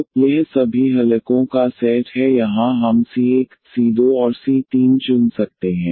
तो यह सभी हलकों का सेट है यहां हम〗c 1 c 2 और c 3 चुन सकते हैं